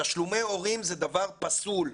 תשלומי הורים זה דבר פסול.